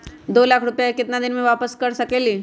दो लाख रुपया के केतना दिन में वापस कर सकेली?